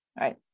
right